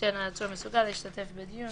שאין העצור מסוגל להשתתף בדיון